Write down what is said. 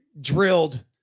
drilled